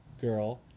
girl